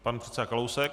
Pan předseda Kalousek.